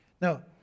Now